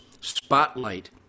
spotlight